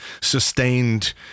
sustained